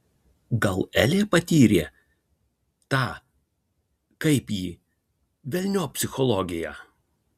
gal elė patyrė tą kaip jį velniop psichologiją